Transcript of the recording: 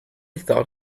thought